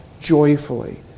joyfully